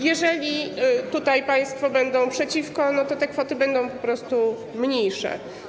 Jeżeli państwo będą przeciwko, to te kwoty będą po prostu mniejsze.